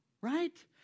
right